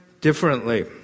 differently